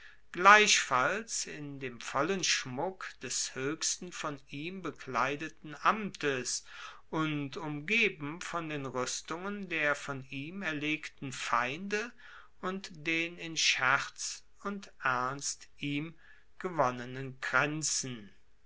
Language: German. gleichfalls in dem vollen schmuck des hoechsten von ihm bekleideten amtes und umgeben von den ruestungen der von ihm erlegten feinde und den in scherz und ernst ihm gewonnenen kraenzen